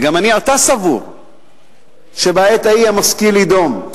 וגם עתה אני סבור שבעת ההיא המשכיל יידום.